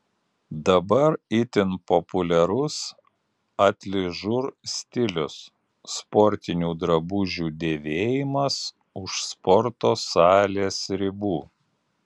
dabar itin populiarus atližur stilius sportinių drabužių dėvėjimas už sporto salės ribų